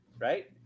right